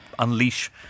unleash